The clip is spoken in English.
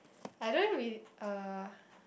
I don't re~ uh